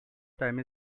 time